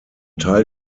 teil